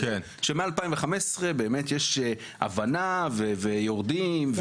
שמ- 2015 באמת יש הבנה ויורדים,